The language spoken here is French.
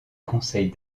conseil